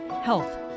health